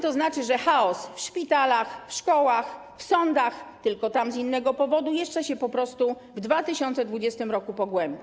To znaczy, że chaos w szpitalach, w szkołach, w sądach, tylko tam z innego powodu, jeszcze się po prostu w 2020 r. pogłębi.